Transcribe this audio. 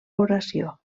oració